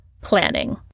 Planning